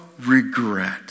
regret